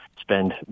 spend